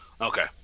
Okay